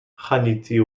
hannity